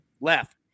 left